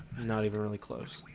not even really close